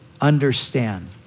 understand